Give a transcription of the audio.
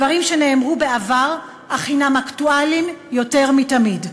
דברים שנאמרו בעבר אך הנם אקטואליים יותר מתמיד.